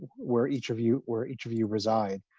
where each of you where each of you reside?